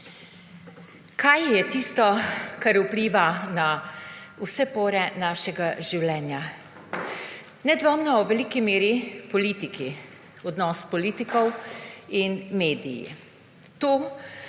Kaj je tisto, kar vpliva na vse pore našega življenja? Nedvomno v veliki meri politiki, odnos politikov in mediji. To,